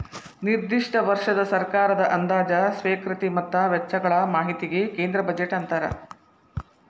ನಿರ್ದಿಷ್ಟ ವರ್ಷದ ಸರ್ಕಾರದ ಅಂದಾಜ ಸ್ವೇಕೃತಿ ಮತ್ತ ವೆಚ್ಚಗಳ ಮಾಹಿತಿಗಿ ಕೇಂದ್ರ ಬಜೆಟ್ ಅಂತಾರ